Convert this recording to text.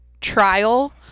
trial